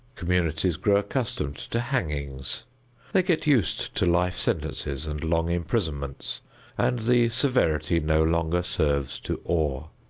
communities grow accustomed to hangings they get used to life sentences and long imprisonments and the severity no longer serves to awe.